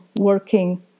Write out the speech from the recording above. working